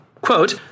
Quote